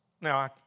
Now